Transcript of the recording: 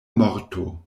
morto